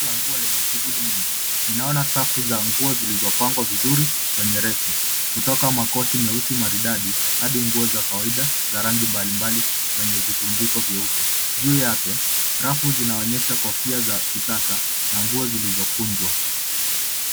Duka la nguo lenye shuguli nyingi, ninaona safu za nguo zilizopangwa vizuri kwenye reki kutoka makoti meusi maridadi hadi nguo za kawaida za rangi mbalimbali kwenye vitundiko vyeupe, juu yake rafu zinaonyesha kofia za kisasa na nguo zilizokunjwa.